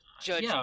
Judge